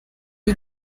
die